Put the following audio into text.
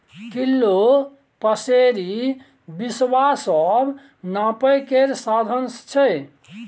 kilo, पसेरी, बिसवा सब नापय केर साधंश छै